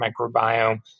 microbiome